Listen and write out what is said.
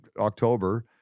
October